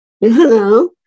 Hello